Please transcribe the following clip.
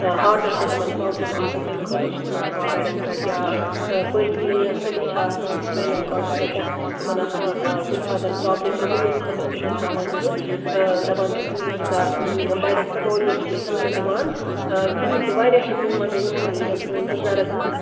یا ہاٹَس چھےٚ تِمن پرابلِم آسان تَمہِ خٲطرٕ چھِ تِمن تھاوان بیڈَس پٮ۪ٹھ یا پٔتۍ کِنۍ یۄس أڈِج چھےٚ آسان سپاینَل کاڈ چھُ آسان تَتھ تہِ چھ تِمَن آسان کُنہِ ساتَن پرابلِم گٔمٕژ ییٚمہِ خٲطرٕ تِمن تھاوان چھُ دَپان چھُ تُہۍ روٗزِو سا بیڈَس پٮ۪ٹھ اورٕ یورٕ چھُکھ نہٕ ہِلنہٕ دِوان کِہیٖنۍ تہِ واریاہ چھِ تِم وجہہ یِمَو سۭتۍ وٕنکیٚن سٲنۍ بُزَرٕگ